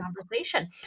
conversation